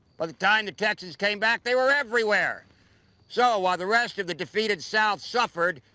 by the time the texans came back they were everywhere so, while the rest of the defeated south suffered,